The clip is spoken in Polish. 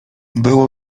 było